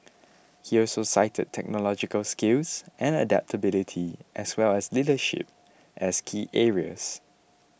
he also cited technological skills and adaptability as well as leadership as key areas